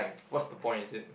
what's the point is it